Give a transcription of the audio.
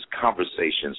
Conversations